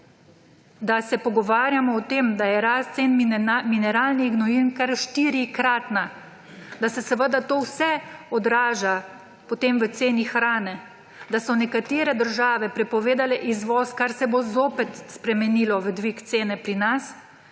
da se pogovarjamo o tem, da je rast cen mineralnih gnojil kar 4-kratna, da se seveda to vse odraža potem v ceni hrane, da so nekatere države prepovedale izvoz, kar se bo zopet spremenilo v dvig cene pri nas,